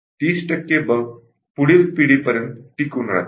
30 टक्के बग पुढील पिकापर्यंत टिकून राहतील